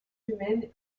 humaines